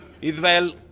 Israel